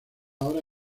hora